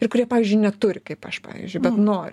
ir kurie pavyzdžiui neturi kaip aš pavyzdžiui bet noriu